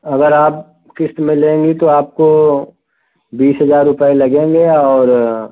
अगर आप किश्त में लेंगी तो आपको बीस हजार रुपये लगेंगे और